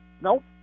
Nope